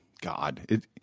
God